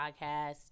podcast